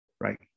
right